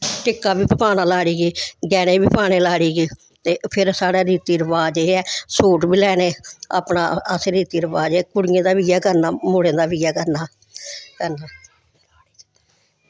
ते टिक्का बी पाना लाड़ी गी गैह्ने बी पाने लाड़ी गी ते फिर साढ़े रीति रवाज एह् ऐ सूट बी लैने अपना असें रीति रवाज एह् कुड़ियें दा बी इ'यै करना मुड़ें दा बी इ'यै करना करना